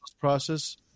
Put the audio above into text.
process